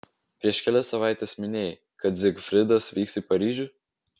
prieš kelias savaites minėjai kad zigfridas vyks į paryžių